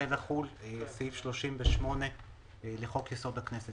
יחול סעיף 38 לחוק יסוד: הכנסת,